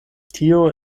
tio